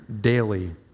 daily